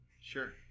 Sure